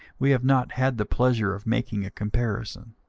we have not had the pleasure of making a comparison.